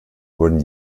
wurden